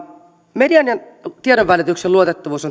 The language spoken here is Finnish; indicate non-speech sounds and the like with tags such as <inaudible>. median ja tiedonvälityksen luotettavuus <unintelligible>